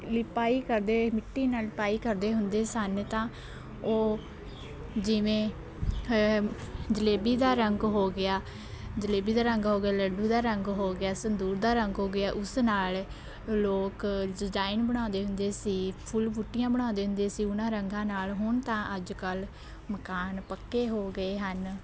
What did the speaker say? ਲਿਪਾਈ ਕਰਦੇ ਮਿੱਟੀ ਨਾਲ਼ ਲਿਪਾਈ ਕਰਦੇ ਹੁੰਦੇ ਸਨ ਤਾਂ ਉਹ ਜਿਵੇਂ ਜਲੇਬੀ ਦਾ ਰੰਗ ਹੋ ਗਿਆ ਜਲੇਬੀ ਦਾ ਰੰਗ ਹੋ ਗਿਆ ਲੱਡੂ ਦਾ ਰੰਗ ਹੋ ਗਿਆ ਸੰਧੂਰ ਦਾ ਰੰਗ ਹੋ ਗਿਆ ਉਸ ਨਾਲ਼ ਲੋਕ ਡਿਜ਼ਾਇਨ ਬਣਾਉਂਦੇ ਹੁੰਦੇ ਸੀ ਫੁੱਲ ਬੂਟੀਆਂ ਬਣਾਉਂਦੇ ਹੁੰਦੇ ਸੀ ਉਹਨਾਂ ਰੰਗਾਂ ਨਾਲ਼ ਹੁਣ ਤਾਂ ਅੱਜ ਕੱਲ੍ਹ ਮਕਾਨ ਪੱਕੇ ਹੋ ਗਏ ਹਨ